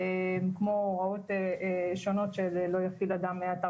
כמו הוראות שונות של לא יפעיל אדם מאתר